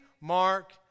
Mark